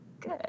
Good